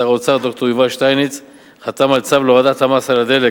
שר האוצר ד"ר יובל שטייניץ חתם על צו להורדת המס על הדלק,